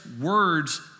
words